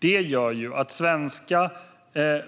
Detta gör att svenska